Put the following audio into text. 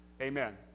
Amen